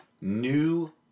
New